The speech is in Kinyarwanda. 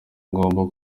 ngomba